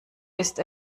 ist